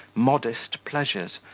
modest pleasures,